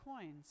coins